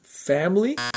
family